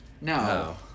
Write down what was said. No